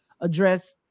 address